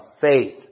faith